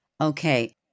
Okay